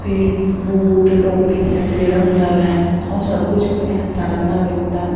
ਫਿਰ ਬੂਟ ਟੋਪੀ ਸੈੱਟ ਜਿਹੜਾ ਹੁੰਦਾ ਵੈ ਉਹ ਸਭ ਕੁਝ ਆਪਣੇ ਹੱਥਾਂ ਨਾਲ ਬਣਾ ਕੇ ਦਿੱਤਾ